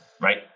right